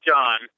John